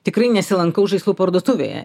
tikrai nesilankau žaislų parduotuvėje